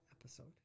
episode